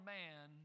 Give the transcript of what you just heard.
man